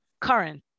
current